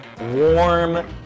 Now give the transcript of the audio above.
warm